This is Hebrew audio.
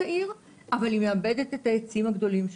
העיר אבל היא מאבדת את העצים הגדולים שלה.